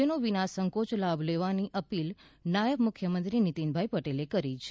જેનો વિના સંકોચ લાભ લેવાની અપીલ નાયબ મુખ્યમંત્રી નિતિનભાઇ પટેલે કરી છે